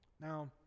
Now